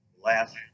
last